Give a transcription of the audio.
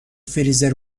فریزر